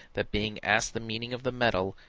that, being asked the meaning of the medal,